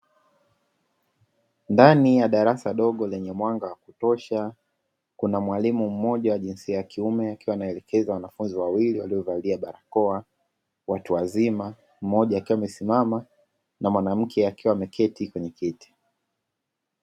Ndani ya darasa dogo lenye mwanga wakutosha kuna mwalimu mmoja wa jinsia ya kiume, akiwa anaelekeza wanafunzi wawili walio valia barakoa, watu wazima mmoja akiwa amesimama na mwanamke akiwa ameketi kwenye kiti.